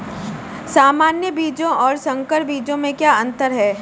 सामान्य बीजों और संकर बीजों में क्या अंतर है?